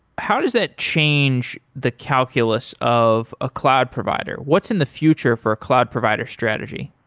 how does that change the calculus of a cloud provider? what's in the future for a cloud provider strategy?